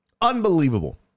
Unbelievable